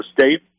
State